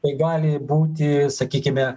tai gali būti sakykime